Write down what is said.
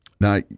Now